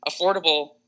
affordable